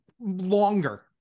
Longer